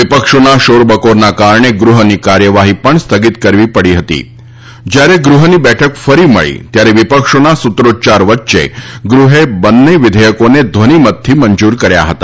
વીપક્ષોના શોરબકોરના કારણે ગૃહની કાર્યવાહી પણ સ્થગિત કરવી પડી હતી જયારે ગૃહની બેઠક ફરી મળી ત્યારે વિપક્ષોના સૂત્રોચ્યાર વચ્ચે ગૃહે બંને વિઘેયકોને ધ્વનમતથી મંજુર કર્યા હતા